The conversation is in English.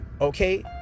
Okay